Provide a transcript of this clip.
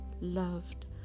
loved